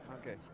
Okay